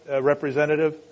representative